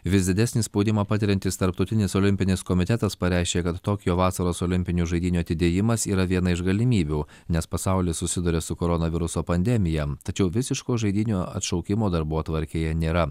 vis didesnį spaudimą patiriantis tarptautinis olimpinis komitetas pareiškė kad tokijo vasaros olimpinių žaidynių atidėjimas yra viena iš galimybių nes pasaulis susiduria su koronaviruso pandemija tačiau visiško žaidynių atšaukimo darbotvarkėje nėra